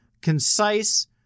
concise